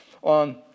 on